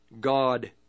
God